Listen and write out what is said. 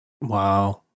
Wow